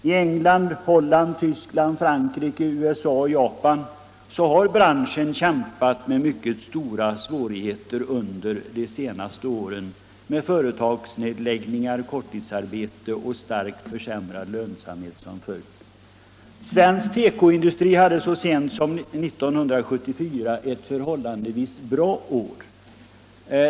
I England, Holland, Tyskland, Frankrike, USA och Japan har branschen kämpat med mycket stora svårigheter under de senaste åren med företagsnedläggningar, korttidsarbete och starkt försämrad lönsamhet som följd. Svensk tekoindustri hade så sent som 1974 ett förhållandevis bra år.